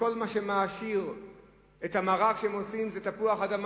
שכל מה שמעשיר את המרק שהם עושים זה תפוח-אדמה.